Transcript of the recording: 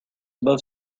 above